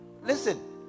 listen